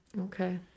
Okay